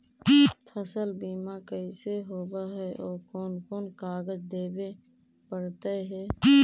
फसल बिमा कैसे होब है और कोन कोन कागज देबे पड़तै है?